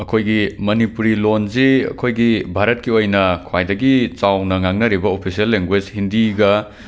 ꯑꯩꯈꯣꯏꯒꯤ ꯃꯅꯤꯄꯨꯔꯤ ꯂꯣꯟꯁꯤ ꯑꯩꯈꯣꯏꯒꯤ ꯚꯥꯔꯠꯀꯤ ꯑꯣꯏꯅ ꯈ꯭ꯋꯥꯏꯗꯒꯤ ꯆꯥꯎꯅ ꯉꯥꯡꯅꯔꯤꯕ ꯑꯣꯐꯤꯁꯦꯜ ꯂꯦꯡꯒ꯭ꯋꯦꯁ ꯍꯤꯟꯗꯤꯒ